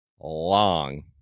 long